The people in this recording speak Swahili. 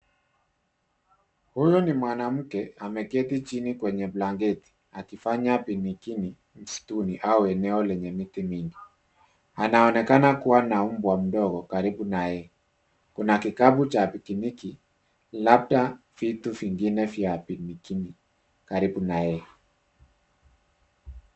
Huyu ni mwanamke ameketi chini kwenye blanketi akifanya piniki msituni au eneo lenye miti mingi. Anaonekana kuwa na umbwa mdogo karibu naye. Kuna kikapu cha pikiniki, labda vitu vingine vya piniki karibu naye.